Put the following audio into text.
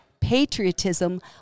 patriotism